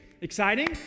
Exciting